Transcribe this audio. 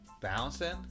bouncing